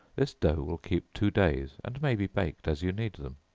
this dough will keep two days, and may be baked as you need them.